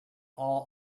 all